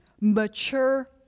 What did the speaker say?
mature